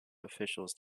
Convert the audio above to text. officials